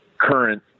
current